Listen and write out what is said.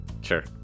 sure